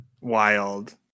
wild